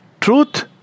truth